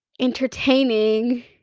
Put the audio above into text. entertaining